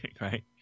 right